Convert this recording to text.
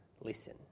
listen